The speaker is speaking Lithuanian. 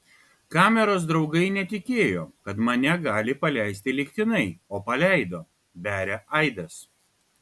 kameros draugai netikėjo kad mane gali paleisti lygtinai o paleido beria aidas